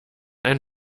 ein